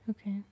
Okay